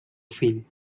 fill